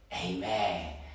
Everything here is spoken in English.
Amen